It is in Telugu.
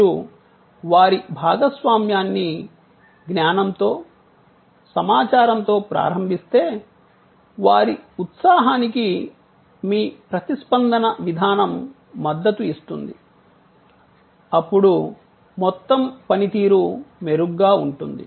మీరు వారి భాగస్వామ్యాన్ని జ్ఞానంతో సమాచారంతో ప్రారంభిస్తే వారి ఉత్సాహానికి మీ ప్రతిస్పందన విధానం మద్దతు ఇస్తుంది అప్పుడు మొత్తం పనితీరు మెరుగ్గా ఉంటుంది